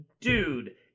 dude